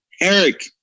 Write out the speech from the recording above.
Eric